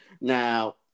Now